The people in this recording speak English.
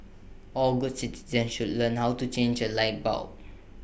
all good citizens should learn how to change A light bulb